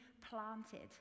planted